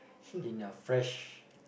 in a fresh